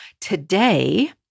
today